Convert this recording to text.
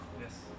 Yes